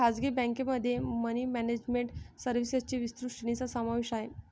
खासगी बँकेमध्ये money management सर्व्हिसेसच्या विस्तृत श्रेणीचा समावेश आहे